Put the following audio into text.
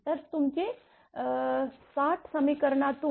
तर तुमचे ६० समीकरणातून